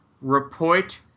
report